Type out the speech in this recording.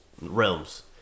realms